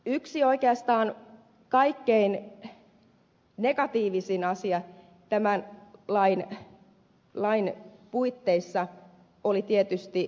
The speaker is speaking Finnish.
yksi oikeastaan kaikkein negatiivisin asia tämän lain puitteissa oli tietysti raha